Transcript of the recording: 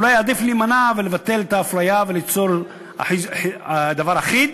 אולי עדיף להימנע ולבטל את ההפליה וליצור דבר אחיד.